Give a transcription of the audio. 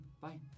Bye